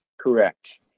Correct